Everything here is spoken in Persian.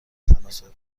تناسب